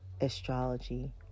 astrology